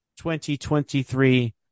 2023